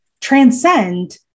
transcend